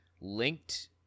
linked